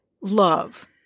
love